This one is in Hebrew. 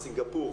סינגפור,